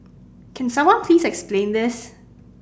can someone please explain this